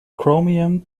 chromium